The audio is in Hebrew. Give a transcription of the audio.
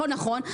הכל נכון.